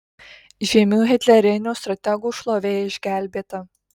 žymių hitlerinių strategų šlovė išgelbėta